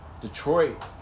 Detroit